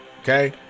okay